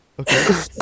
Okay